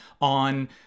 on